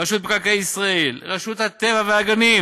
רשות מקרקעי ישראל ורשות הטבע והגנים,